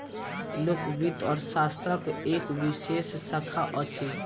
लोक वित्त अर्थशास्त्रक एक विशेष शाखा अछि